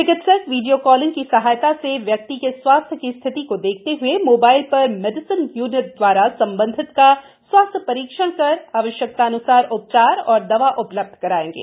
चिकित्सक video calling की सहायता से व्यक्ति के स्वास्थ्य की स्थिति को देखते हए मोबाइल पर मेडिसिन यूनिट दवारा संबंधित का स्वास्थ्य परीक्षण कर आवश्यकतान्सार उपचार और दवा उपलब्ध कराएंगे